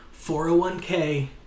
401k